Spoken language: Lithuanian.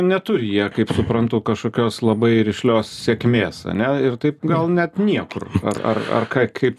neturi jie kaip suprantu kažkokios labai rišlios sėkmės ane ir taip gal net niekur ar ar ar ką kaip